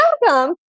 welcome